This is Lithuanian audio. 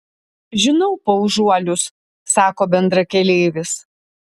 žinau paužuolius sako bendrakeleivis